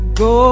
go